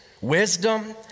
wisdom